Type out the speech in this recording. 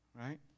Right